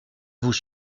vous